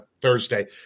Thursday